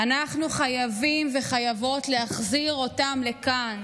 אנחנו חייבים וחייבות להחזיר אותם לכאן.